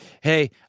hey